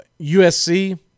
USC